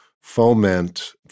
foment